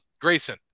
Grayson